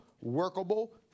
workable